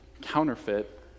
counterfeit